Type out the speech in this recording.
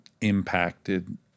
impacted